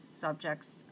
subjects